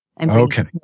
Okay